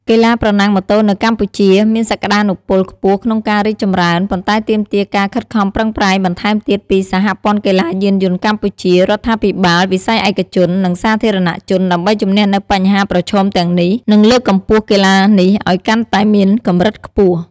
កីឡាប្រណាំងម៉ូតូនៅកម្ពុជាមានសក្តានុពលខ្ពស់ក្នុងការរីកចម្រើន ប៉ុន្តែទាមទារការខិតខំប្រឹងប្រែងបន្ថែមទៀតពី សហព័ន្ធកីឡាយានយន្តកម្ពុជា រដ្ឋាភិបាល វិស័យឯកជន និងសាធារណជន ដើម្បីជំនះនូវបញ្ហាប្រឈមទាំងនេះ និងលើកកម្ពស់កីឡានេះឱ្យកាន់តែមានកម្រិតខ្ពស់។